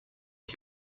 هذه